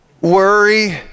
worry